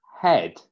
head